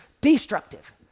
destructive